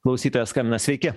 klausytojas skambina sveiki